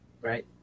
Right